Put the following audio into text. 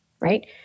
right